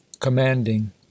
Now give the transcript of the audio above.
commanding